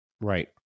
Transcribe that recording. right